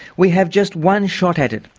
we have just one shot at it.